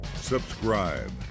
subscribe